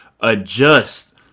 adjust